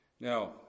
Now